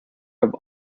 have